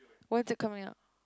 when's it coming out